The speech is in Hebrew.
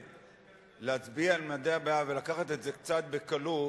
קצת להצביע על ממדי הבעיה ולקחת את זה קצת בקלות,